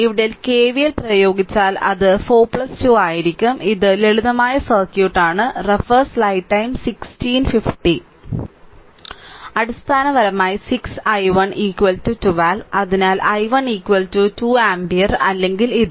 ഇവിടെ KVL പ്രയോഗിച്ചാൽ അത് 4 2 ആയിരിക്കും ഇത് ലളിതമായ സർക്യൂട്ടാണ് അടിസ്ഥാനപരമായി 6 i1 12 അതിനാൽ i1 2 ആമ്പിയർ അല്ലെങ്കിൽ ഇത്